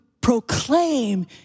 proclaim